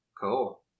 Cool